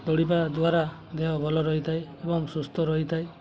ଦୌଡ଼ିବା ଦ୍ୱାରା ଦେହ ଭଲ ରହିଥାଏ ଏବଂ ସୁସ୍ଥ ରହିଥାଏ